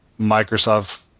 Microsoft